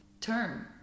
term